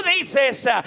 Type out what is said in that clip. dices